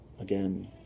again